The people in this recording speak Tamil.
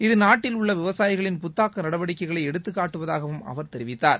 இது நாட்டில் உள்ள விவசாயிகளின் புத்தாக்க நடவடிக்கைகளை எடுத்துக் காட்டுவதாகவும் அவர் தெரிவித்தார்